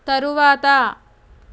తరువాత